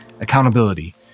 accountability